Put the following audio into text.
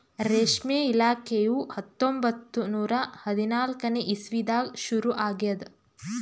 ರೇಷ್ಮೆ ಇಲಾಖೆಯು ಹತ್ತೊಂಬತ್ತು ನೂರಾ ಹದಿನಾಲ್ಕನೇ ಇಸ್ವಿದಾಗ ಶುರು ಆಗ್ಯದ್